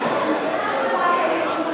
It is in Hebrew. (מס' 48) (מניעת נזקי שביתת רעב),